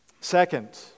Second